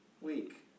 week